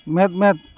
ᱢᱮᱫ ᱢᱮᱫ